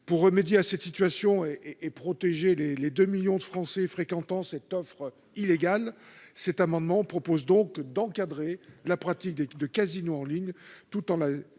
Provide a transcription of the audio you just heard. pour remédier à cette situation et et protéger les les 2 millions de Français fréquentant cette offre illégale, cet amendement propose donc d'encadrer la pratique des de casino en ligne tout en là,